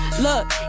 look